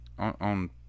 on